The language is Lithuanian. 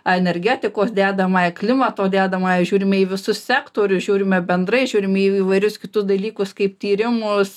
energetikos dedamąją klimato dedamąją žiūrime į visus sektorius žiūrime bendrai žiūrime į įvairius kitus dalykus kaip tyrimus